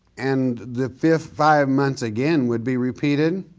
and the five months again would be repeated